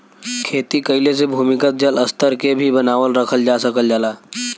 खेती कइले से भूमिगत जल स्तर के भी बनावल रखल जा सकल जाला